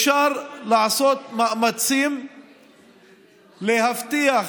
אפשר לעשות מאמצים להבטיח,